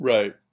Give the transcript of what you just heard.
Right